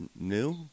new